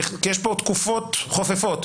כי יש פה תקופות חופפות,